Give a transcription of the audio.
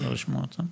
בואו נשמע אותם.